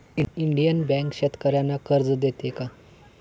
Indian bank शेतकर्यांना कर्ज देते का?